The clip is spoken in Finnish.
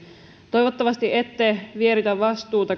toivottavasti ette vieritä vastuuta